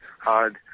hard